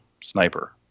sniper